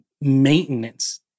maintenance